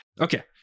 Okay